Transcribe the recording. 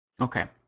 Okay